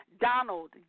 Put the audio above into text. Donald